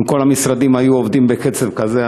אם כל המשרדים היו עובדים בקצב כזה,